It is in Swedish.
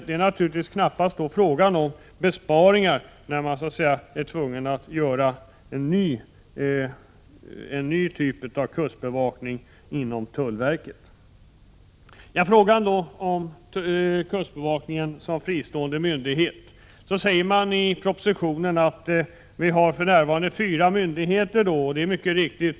Det är naturligtvis knappast fråga om några besparingar om man är tvungen att göra en ny typ av kustbevakning inom tullverket. När det gäller frågan om kustbevakningen som fristående myndighet sägs det i propositionen att vi för närvarande har fyra myndigheter på det aktuella området, vilket är helt riktigt.